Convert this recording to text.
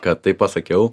kad tai pasakiau